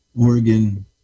Oregon